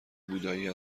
بودایی